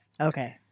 Okay